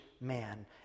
man